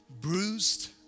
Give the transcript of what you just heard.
bruised